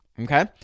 okay